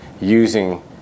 using